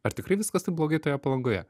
ar tikrai viskas taip blogai toje palangoje